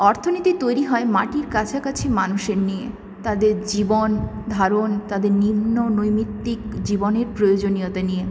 অর্থনীতি তৈরি হয় মাটির কাছাকাছি মানুষের নিয়ে তাদের জীবনধারন তাদের নিত্য নৈমিত্তিক জীবনের প্রয়োজনীয়তা নিয়ে